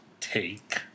take